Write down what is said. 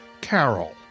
Carol